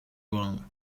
wrong